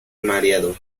mareado